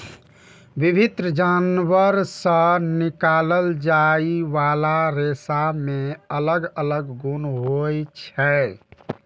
विभिन्न जानवर सं निकालल जाइ बला रेशा मे अलग अलग गुण होइ छै